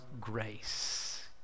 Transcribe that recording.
grace